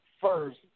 first